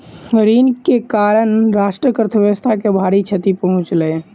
ऋण के कारण राष्ट्रक अर्थव्यवस्था के भारी क्षति पहुँचलै